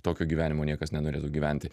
tokio gyvenimo niekas nenorėtų gyventi